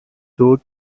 دوگ